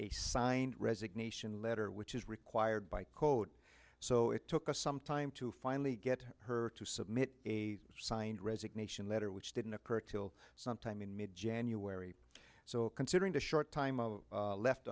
a signed resignation letter which is required by code so it took us some time to finally get her to submit a signed resignation letter which didn't occur to sometime in mid january so considering the short time